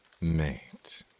Mate